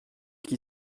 qui